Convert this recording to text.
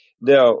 Now